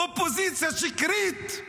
אופוזיציה שקרית.